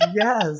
Yes